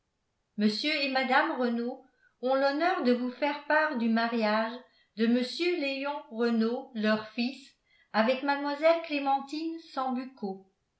mr et mme renault ont l'honneur de vous faire part du mariage de mr léon renault leur fils avec mlle clémentine sambucco